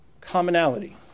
commonality